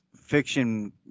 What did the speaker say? fiction